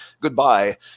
Goodbye